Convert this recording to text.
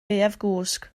gaeafgwsg